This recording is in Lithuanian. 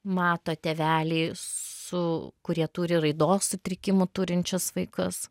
mato tėveliai su kurie turi raidos sutrikimų turinčius vaikus